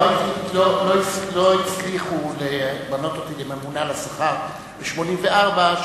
לא הצליחו למנות אותי כממונה על השכר בשנת 1984,